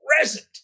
present